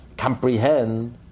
Comprehend